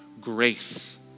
grace